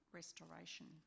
restoration